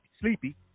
sleepy